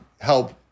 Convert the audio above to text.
help